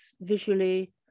visually